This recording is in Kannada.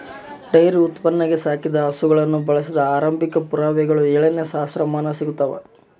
ಡೈರಿ ಉತ್ಪಾದನೆಗೆ ಸಾಕಿದ ಹಸುಗಳನ್ನು ಬಳಸಿದ ಆರಂಭಿಕ ಪುರಾವೆಗಳು ಏಳನೇ ಸಹಸ್ರಮಾನ ಸಿಗ್ತವ